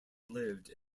lived